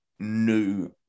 new